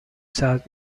south